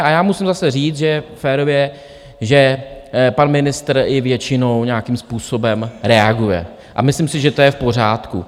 A musím zase říct férově, že pan ministr i většinou nějakým způsobem reaguje, a myslím si, že to je v pořádku.